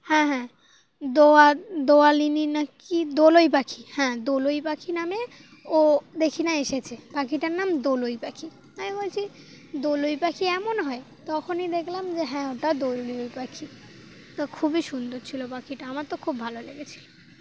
হ্যাঁ হ্যাঁ দোয়া দোয়ালিনী নাকি দোলই পাখি হ্যাঁ দোলই পাখি নামে ও দেখি না এসেছে পাখিটার নাম দোলই পাখি আমি বলছি দোলই পাখি এমন হয় তখনই দেখলাম যে হ্যাঁ ওটা দোলুই পাখি তো খুবই সুন্দর ছিলো পাখিটা আমার তো খুব ভালো লেগেছিল